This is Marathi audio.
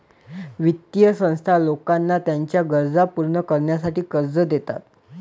वित्तीय संस्था लोकांना त्यांच्या गरजा पूर्ण करण्यासाठी कर्ज देतात